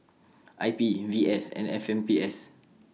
I P V S and F M P S